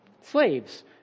slaves